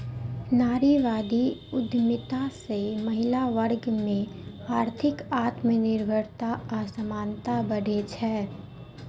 नारीवादी उद्यमिता सं महिला वर्ग मे आर्थिक आत्मनिर्भरता आ समानता बढ़ै छै